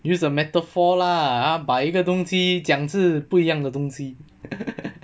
use a metaphor lah 把一个东西讲是不一样的东西